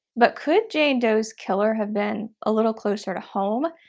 but could jane doe's killer have been a little closer to home?